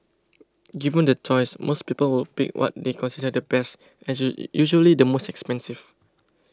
given the choice most people would pick what they consider the best as usually the most expensive